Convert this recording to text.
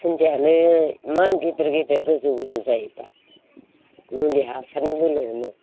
दुनजियानो इमान गिदिर गिदिर गोजौ गोजौ जायो दा मुलि हासारनि बेलायावनो